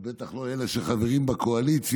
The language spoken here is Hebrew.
ובטח לא לאלה שחברים בקואליציה.